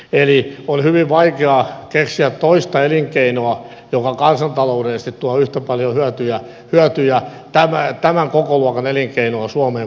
eli on hyvin vaikeaa keksiä toista elinkeinoa joka kansantaloudellisesti tuo yhtä paljon hyötyjä tämän kokoluokan elinkeinoon suomeen kuin turkistarhaus